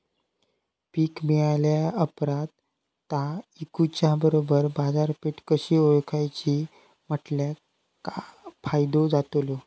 पीक मिळाल्या ऑप्रात ता इकुच्या बरोबर बाजारपेठ कशी ओळखाची म्हटल्या फायदो जातलो?